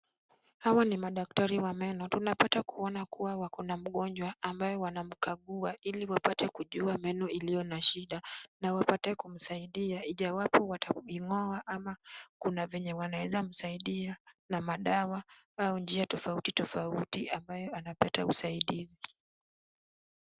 Hawa ni madaktari wa meno. Tunapata kuona kuwa wako na mgonjwa ambaye wanamkagua ili wapate kujua meno iliyo na shida na wapate kumsaidia ijawapo wataing'oa ama Kuna venye wanaweza msaidia na madawa au njia tofauti tofauti ambayo anapata usaidizi.